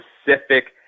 specific